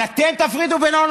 אסביר לך למה.